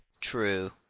True